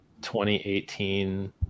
2018